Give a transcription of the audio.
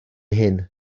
hyn